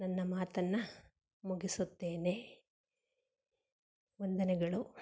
ನನ್ನ ಮಾತನ್ನು ಮುಗಿಸುತ್ತೇನೆ ವಂದನೆಗಳು